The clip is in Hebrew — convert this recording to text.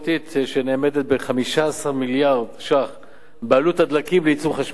שנאמדת ב-15 מיליארד ש"ח בעלות הדלקים לייצור חשמל.